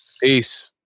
Peace